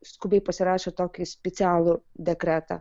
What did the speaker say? skubiai pasirašė tokį specialų dekretą